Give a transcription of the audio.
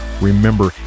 Remember